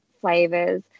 flavors